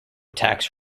tax